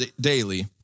daily